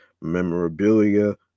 memorabilia